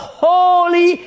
holy